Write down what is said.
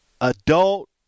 adult